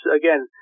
again